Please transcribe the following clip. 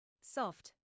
Soft